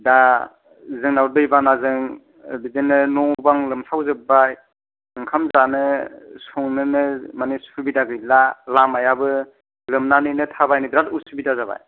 दा जोंनाव दै बानाजों बिदिनो न' बां लोमसावजोबबाय ओंखाम जानो संनोनो मानि सुबिदा गैला लामायाबो लोमनानैनो थाबायनो बिराद उसुबिदा जाबाय